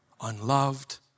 unloved